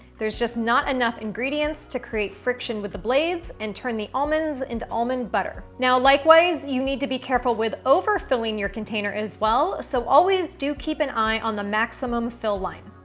there's just not enough ingredients to create friction with the blades and turn the almonds into almond butter. now likewise, you need to be careful with over filling your container as well so always do keep an eye on the maximum fill line.